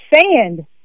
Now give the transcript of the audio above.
sand